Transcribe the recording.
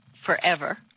forever